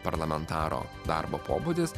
parlamentaro darbo pobūdis